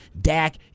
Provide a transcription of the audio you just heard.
Dak